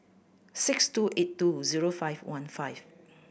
six two eight two zero five one five